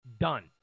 Done